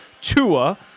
Tua